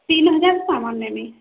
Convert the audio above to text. ତିନ୍ ହଜାର୍ ସାମାନ୍ ନେମି